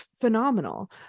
phenomenal